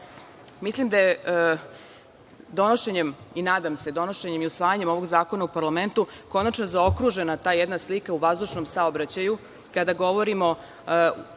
Mislim da je donošenjem i nadam se donošenjem i usvajanjem ovog zakona u parlamentu konačno zaokružena ta jedna slika u vazdušnom saobraćaju, kada govorimo